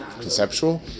conceptual